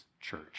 church